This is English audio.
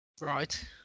Right